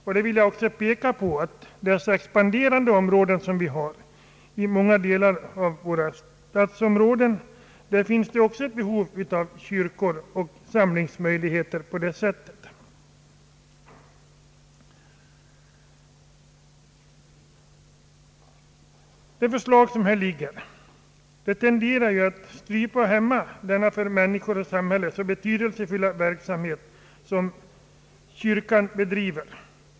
Jag vill också peka på att det även i de expanderande storstadsområdena finns ett behov av kyrkor och samlingsmöjligheter. Det förslag som här föreligger tenderar ju att strypa och hämma den för människor och samhälle så betydelsefulla verksamhet som kyrkan bedriver.